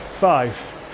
five